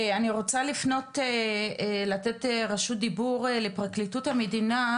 אני רוצה לתת רשות דיבור לפרקליטות המדינה.